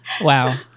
Wow